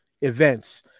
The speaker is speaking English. events